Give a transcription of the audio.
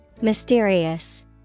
Mysterious